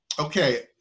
okay